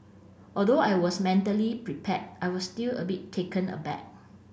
although I was mentally prepared I was still a bit taken aback